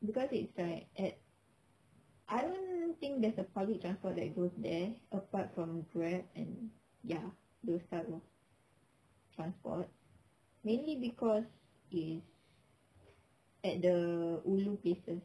because it's like at I don't think there's a public transport that goes there apart from grab and ya those type of transport mainly because it's at the ulu places